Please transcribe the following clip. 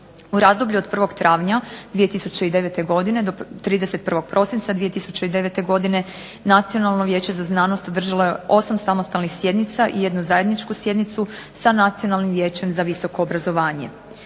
U razdoblju od 1. travnja 2009. do 31. prosinca 2009. godine Nacionalno vijeće za znanost održalo je 8 samostalnih sjednica i jednu zajedničku sjednicu sa Nacionalnim vijećem za visoko obrazovanje.